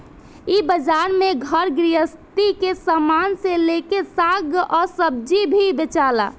इ बाजार में घर गृहस्थी के सामान से लेके साग आ सब्जी भी बेचाला